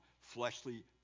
fleshly